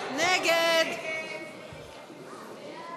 סעיף תקציבי 45,